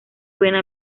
buena